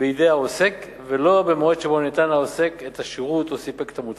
בידי העוסק ולא במועד שבו נתן העוסק את השירות או סיפק את המוצר.